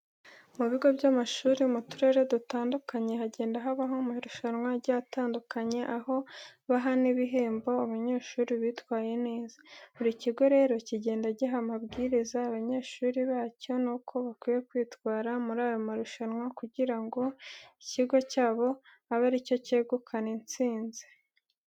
Mu bigo by'amashuri mu turere dutandukanye, hagenda habaho amarushanwa agiye atandukanye, aho baha n'ibihembo abanyeshuri bitwaye neza. Buri kigo rero kigenda giha amabwiriza abanyeshuri bacyo n'uko bakwiye kwitwara muri ayo marushanwa kugira ngo ikigo cyabo abe ari cyo cyegukana intsinzi.